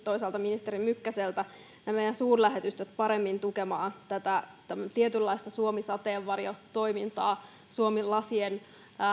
toisaalta ministeri mykkäseltä meidän suurlähetystömme paremmin tukemaan tietynlaista suomi sateenvarjotoimintaa suomi lasien